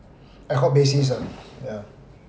ad hoc basis ah yeah